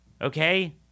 Okay